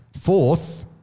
fourth